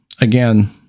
Again